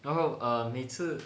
然后 err 每次